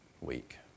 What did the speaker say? week